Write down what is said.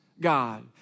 God